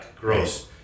gross